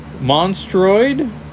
Monstroid